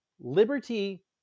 Liberty